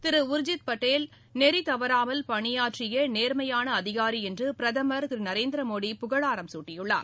திரு உர்ஜித் பட்டேல் நெறி தவறாமல் பணியாற்றிய நேர்மையான அதிகாரி என்று பிரதமர் திரு நரேந்திர மோடி புகழாரம் சூட்டியுள்ளார்